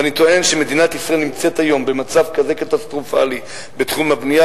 ואני טוען שמדינת ישראל נמצאת היום במצב כזה קטסטרופלי בתחום הבנייה,